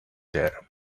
there